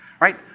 right